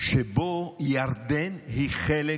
שבו ירדן היא חלק